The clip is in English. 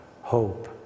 hope